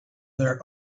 their